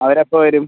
അവർ എപ്പോൾ വരും